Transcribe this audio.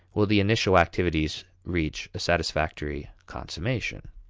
will the initial activities reach a satisfactory consummation.